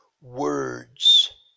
words